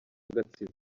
gatsibo